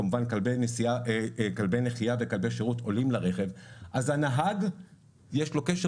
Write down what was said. כמובן כלבי נחיה וכלבי שירות עולים לרכב לנהג יש קשר